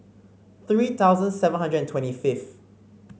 three thousand seven hundred and twenty fifth